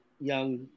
young